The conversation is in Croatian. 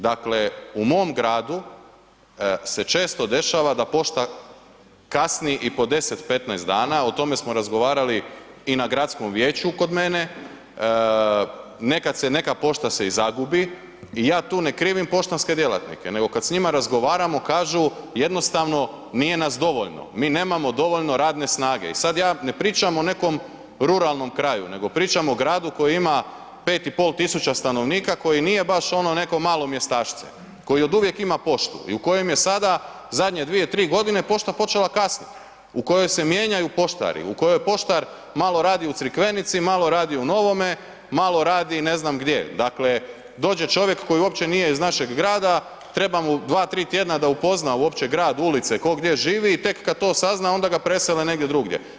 Dakle, u mom gradu se često dešava da pošta kasni i po 10-15 dana, o tome smo razgovarali i na gradskom vijeću kod mene, nekad se neka pošta se i zagubi i ja tu ne krivim poštanske djelatnike, nego kad s njima razgovaramo kažu jednostavno nije nas dovoljno, mi nemamo dovoljno radne snage i sad ja ne pričam o nekom ruralnom kraju, nego pričam o gradu koji ima 5500 stanovnika koji nije baš ono neko malo mjestašce, koji oduvijek ima poštu i u kojem je sada zadnje 2-3.g. pošta počela kasnit, u kojoj se mijenjaju poštari, u kojoj poštar malo radi u Crikvenici, malo radi u Novome, malo radi ne znam gdje, dakle dođe čovjek koji uopće nije iz našeg grada, treba mu 2-3 tjedna da upozna uopće grad, ulice, tko gdje živi i tek kad to sazna onda ga presele negdje drugdje.